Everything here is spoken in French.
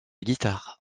guitare